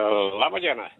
laba diena